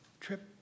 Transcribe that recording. trip